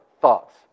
thoughts